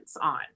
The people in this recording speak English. on